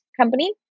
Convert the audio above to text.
company